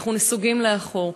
אנחנו נסוגים לאחור.